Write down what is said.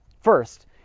First